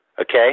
Okay